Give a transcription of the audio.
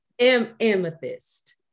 Amethyst